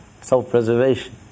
Self-preservation